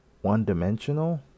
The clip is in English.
one-dimensional